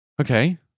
Okay